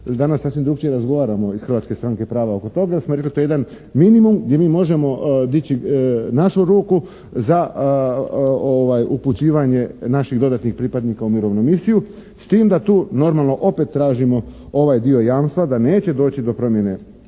danas sasvim drukčije razgovaramo iz Hrvatske stranke prava oko toga jer smo rekli to je jedan minimum gdje mi možemo dići našu ruku za upućivanje naših dodatnih pripadnika u mirovnu misiju, s tim da tu normalno opet tražimo ovaj dio jamstva da neće doći do promjene